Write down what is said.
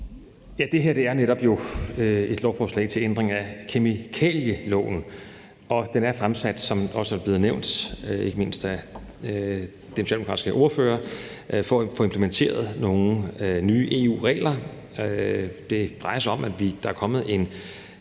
Det her er jo netop et lovforslag om ændring af kemikalieloven, og det er fremsat, som det også blevet nævnt af ikke mindst den socialdemokratisk ordfører, for at få implementeret nogle nye EU-regler. Det drejer sig om, at der er kommet en